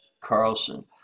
Carlson